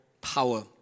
power